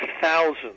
thousands